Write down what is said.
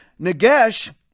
Nagesh